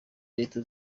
leta